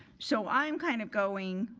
so i'm kind of going,